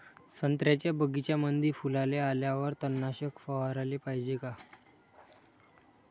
संत्र्याच्या बगीच्यामंदी फुलाले आल्यावर तननाशक फवाराले पायजे का?